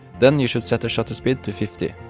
then you should set the shutter speed to fifty.